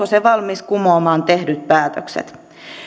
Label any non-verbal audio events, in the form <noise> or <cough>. <unintelligible> se valmis kumoamaan tehdyt päätökset